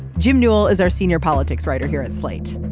jim newell is our senior politics writer here at slate.